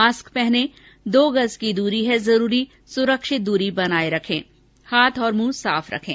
mask पहनें दो गज़ की दूरी है जरूरी सुरक्षित दूरी बनाए रखें हाथ और मुंह साफ रखें